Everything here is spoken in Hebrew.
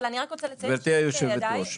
אבל אני רק רוצה לציין -- גברתי יושבת הראש,